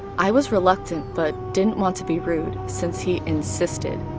i was reluctant but didn't want to be rude, since he insisted.